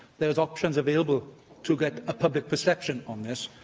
there options available to get a public perception on this',